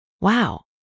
Wow